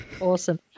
Awesome